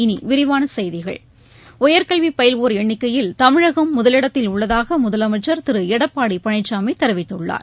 இனி விரிவான செய்திகள் உயர்கல்வி பயில்வோர் எண்ணிக்கையில் தமிழகம் முதலிடத்தில் உள்ளதாக முதலமைச்சர் திரு எடப்பாடி பழனிசாமி தெரிவித்துள்ளார்